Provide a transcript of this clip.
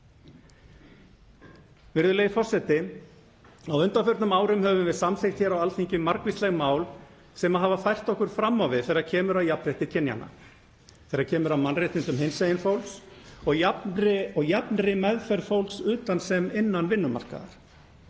Virðulegi forseti. Á undanförnum árum höfum við samþykkt hér á Alþingi margvísleg mál sem hafa fært okkur fram á við þegar kemur að jafnrétti kynjanna, þegar kemur að mannréttindum hinsegin fólks og jafnri meðferð fólks utan sem innan vinnumarkaðarins.